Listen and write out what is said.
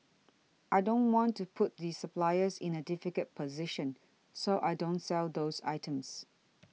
I don't want to put the suppliers in a difficult position so I don't sell those items